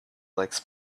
likes